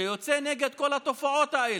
שיוצא נגד כל התופעות האלה.